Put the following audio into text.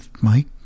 mike